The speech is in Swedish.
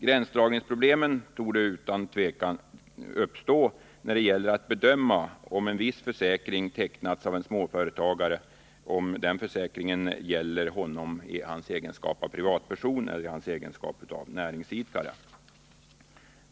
Gränsdragningsproblem torde utan tvivel uppstå när det gäller att bedöma om en viss försäkring tecknad av en småföretagare gäller honom i hans egenskap av privatperson eller näringsidkare.